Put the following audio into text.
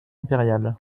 impériale